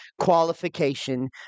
qualification